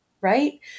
right